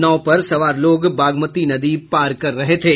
नाव पर सवार लोग बागमती नदी पार कर रहे थे